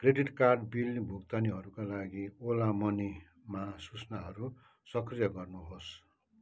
credit card bill भुक्तानीहरूका लागि ओला मनीमा सूचनाहरू सक्रिय गर्नुहोस्